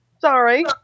Sorry